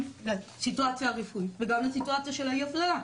לסיטואציה הרפואית וגם לסיטואציה של אי ההפללה.